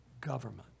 government